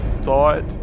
thought